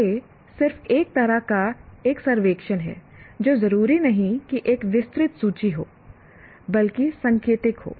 यह सिर्फ एक तरह का एक सर्वेक्षण है जो जरूरी नहीं कि एक विस्तृत सूची हो बल्कि सांकेतिक हो